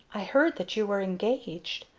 i heard that you were engaged?